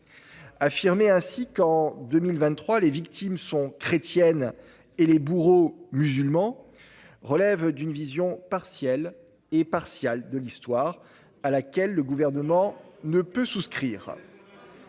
Affirmer ainsi qu'en 2023 les victimes sont chrétiennes et les bourreaux musulmans relève d'une vision partielle et partiale de l'histoire à laquelle le Gouvernement ne peut souscrire.